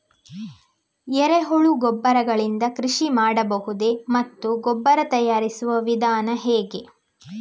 ಎರೆಹುಳು ಗೊಬ್ಬರ ಗಳಿಂದ ಕೃಷಿ ಮಾಡಬಹುದೇ ಮತ್ತು ಗೊಬ್ಬರ ತಯಾರಿಸುವ ವಿಧಾನ ಹೇಗೆ?